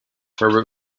herbert